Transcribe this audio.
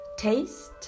Taste